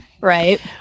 right